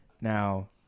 Now